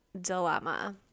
dilemma